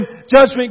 judgment